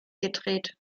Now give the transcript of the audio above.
gedreht